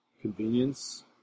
convenience